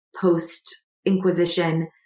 post-Inquisition